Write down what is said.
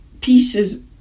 pieces